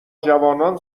جوانان